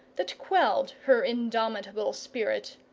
that quelled her indomitable spirit.